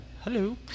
hello